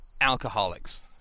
alcoholics